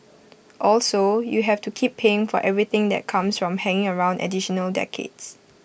also you have to keep paying for everything that comes from hanging around additional decades